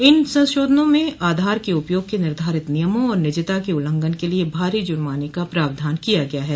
इन संशोधनों में आधार के उपयोग के निर्धारित नियमों और निजता के उल्लंघन के लिए भारी जुर्माने का प्रावधान किया गया है